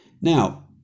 Now